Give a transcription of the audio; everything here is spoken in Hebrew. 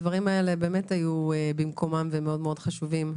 הדברים האלה באמת היו במקומם ומאוד מאוד חשובים.